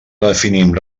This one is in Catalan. definim